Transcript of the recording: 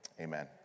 Amen